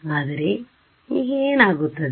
ಆದರೆ ಈಗ ಏನಾಗುತ್ತದೆ